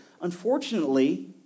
Unfortunately